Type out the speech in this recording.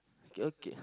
okay